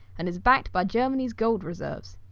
and is backed by germany's gold reserves.